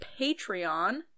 patreon